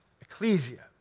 Ecclesia